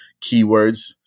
keywords